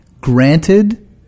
Granted